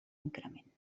increment